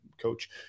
Coach